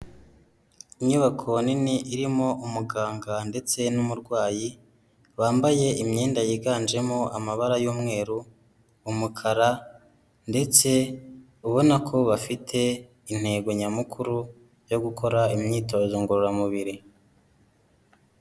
Inyubako nini irimo umuganga ndetse n'umurwayi, bambaye imyenda yiganjemo amabara y'umweru, umukara, ndetse ubona ko bafite intego nyamukuru yo gukora imyitozo ngororamubiri.